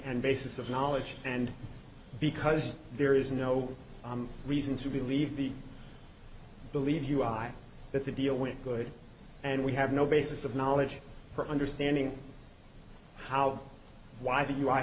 and bases of knowledge and because there is no reason to believe the believe you i that they deal with good and we have no basis of knowledge or understanding how why did you i